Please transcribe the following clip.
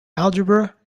algebra